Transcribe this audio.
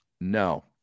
No